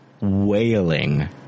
wailing